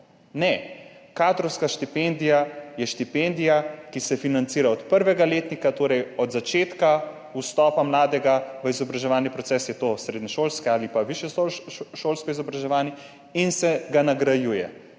Ne, kadrovska štipendija je štipendija, ki se financira od prvega letnika, torej od začetka vstopa mladega v izobraževalni proces, ali je to srednješolsko ali pa višješolsko izobraževanje, in se ga nagrajuje